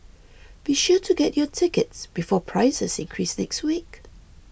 be sure to get your tickets before prices increase next week